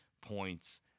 points